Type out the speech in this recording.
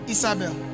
Isabel